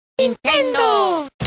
¡Nintendo